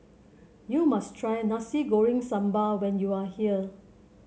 you must try Nasi Goreng Sambal when you are here